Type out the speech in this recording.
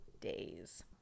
days